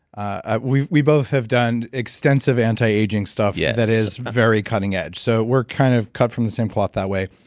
ah we we both have done extensive anti-aging stuff yes that is very cutting edge. so, we're kind of cut from the same cloth that way.